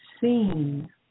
seen